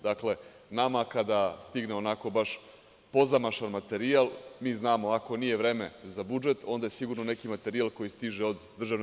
Dakle, nama kada stigne onako baš pozamašan materijal, mi znamo ako nije vreme za budžet, onda je sigurno neki materijal koji stiže od DRI.